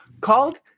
called